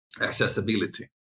accessibility